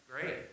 great